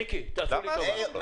מיקי, תעשו לי טובה.